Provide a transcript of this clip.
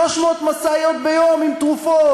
300 משאיות ביום עם תרופות,